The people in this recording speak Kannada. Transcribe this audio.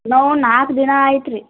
ನಾವು ನಾಲ್ಕು ದಿನ ಆಯಿತ್ರೀ